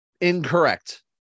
Incorrect